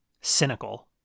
cynical